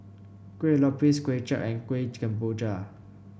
Kuih Lopes Kway Chap and Kueh Kemboja